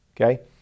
Okay